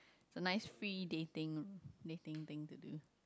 is a nice free dating dating thing to do